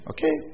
Okay